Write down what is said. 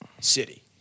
City